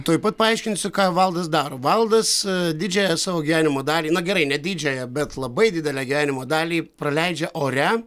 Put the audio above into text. tuoj pat paaiškinsiu ką valdas daro valdas didžiąją savo gyvenimo dalį na gerai ne didžiąją bet labai didelę gyvenimo dalį praleidžia ore